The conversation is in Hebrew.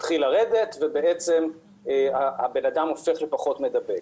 מתחיל לרדת, ואז הבן אדם הופך לפחות מידבק.